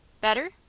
Better